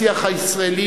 השיח הישראלי,